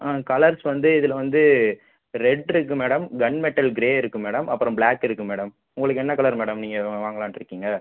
ஆ colours வந்து இதில் வந்து ரெட் இருக்குது மேடம் கன் மெட்டல் க்ரே இருக்குது மேடம் அப்புறம் ப்ளாக் இருக்குது மேடம் உங்களுக்கு என்ன கலர் மேடம் நீங்கள் வாங்கலாம்னு இருக்கீங்கள்